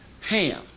Ham